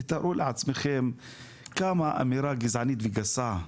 תתארו לעצמכם כמה אמירה גזענית וגסה.